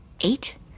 eight